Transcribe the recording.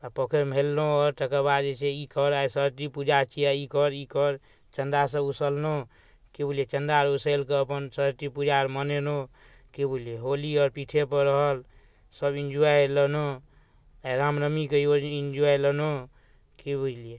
आओर पोखरिमे हेललहुँ आओर तकर बाद ई से ई कर आइ सरस्वती पूजा छिए आइ ई कर ई कर चन्दासब ओसुललहुँ कि बुझलिए चन्दा आओर ओसुलिकऽ अपन सरस्वती पूजा आओर मनेलहुँ कि बुझलिए होली आओर पीठेपर रहल सभ एन्ज्वॉइ लेलहुँ रामनवमीके एन्ज्वॉइ लेलहुँ कि बुझलिए